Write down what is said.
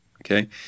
okay